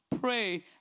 pray